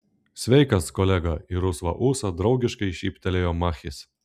sveikas kolega į rusvą ūsą draugiškai šyptelėjo machis